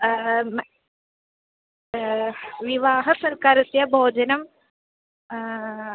विवाहसर्कारस्य भोजनं